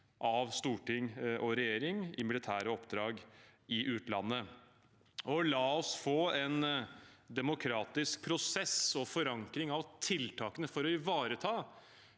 av storting og regjering på militære oppdrag i utlandet. La oss få en demokratisk prosess og forankring av tiltakene for å ivareta